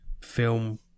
film